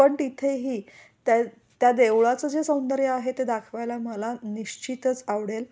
पण तिथेही त्या त्या देवळाचं जे सौंदर्य आहे ते दाखवायला मला निश्चितच आवडेल